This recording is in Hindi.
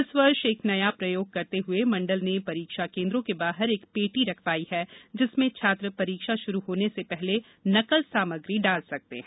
इस वर्ष एक नया प्रयोग करते हुए मण्डल ने परीक्षाकेंद्रों के बाहर एक पेटी रखवाई है जिसमें छात्र परीक्षा शुरू होने से पहले नकल सामग्री डाल सकते हैं